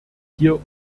hier